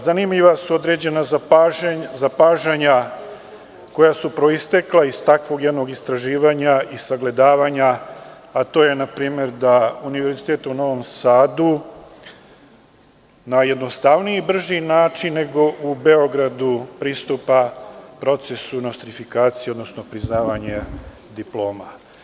Zanimljiva su određena zapažanja koja su proistekla iz takvog jednog istraživanja i sagledavanja, a to je npr. da Univerzitet u Novom Sadu na jednostavniji i brži način nego u Beogradu pristupa procesu nostrifikacije, odnosno priznavanja diploma.